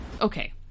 Okay